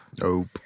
Nope